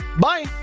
Bye